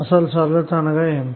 అసలు సరళత అనగా ఏమిటి